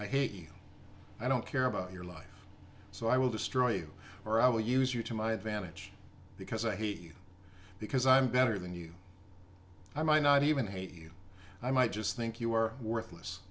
i hate me i don't care about your life so i will destroy you or i will use you to my advantage because i hate you because i'm better than you i might not even hate you i might just think you are worthless